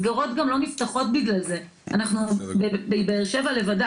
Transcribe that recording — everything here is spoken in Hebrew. מסגרות גם לא נפתחות בגלל זה אנחנו בבאר שבע לבד,